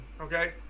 okay